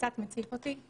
זה קצת מציף אותי.